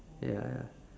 ya ya